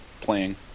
playing